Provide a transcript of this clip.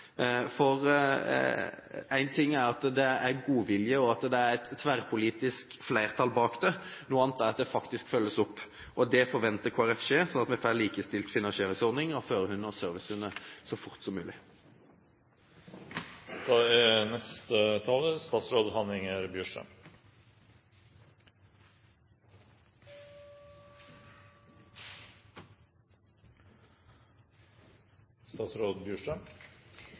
En ting er at det er godvilje, og at det er et tverrpolitisk flertall bak det. Noe annet er at det faktisk følges opp. Det forventer Kristelig Folkeparti skjer, slik at vi får likestilt finansieringsordningen av førerhunder og servicehunder så fort som